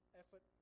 effort